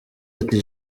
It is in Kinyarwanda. ati